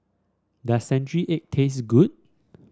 does Century Egg taste good